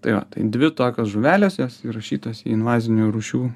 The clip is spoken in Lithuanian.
tai va tai dvi tokios žuvelės jos įrašytos į invazinių rūšių